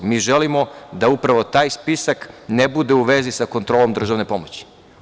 Mi želimo da upravo taj spisak ne bude u vezi sa kontrolom državne pomoći.